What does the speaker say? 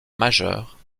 majeure